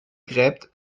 gräbt